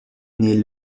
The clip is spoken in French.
née